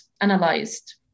analyzed